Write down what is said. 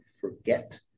forget